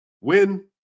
win